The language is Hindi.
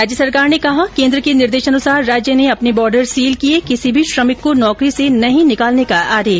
राज्य सरकार ने कहा केन्द्र के निर्देशानुसार राज्य ने अपने बोर्डर सील किए किसी भी श्रमिक को नौकरी से नहीं निकालने का आदेश